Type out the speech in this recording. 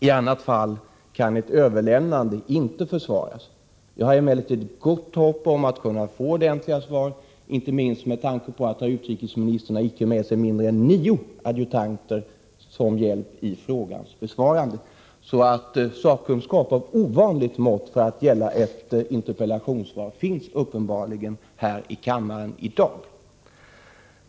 I annat fall kan ett överlämnande inte försvaras. Jag har emellertid gott hopp om att få ordentliga svar, inte minst med tanke på att utrikesministern har med sig icke mindre än nio adjutanter som hjälp vid interpellationens besvarande. Sakkunskap av ovanligt mått för att ge ett interpellationssvar finns uppenbarligen här i kammaren i dag.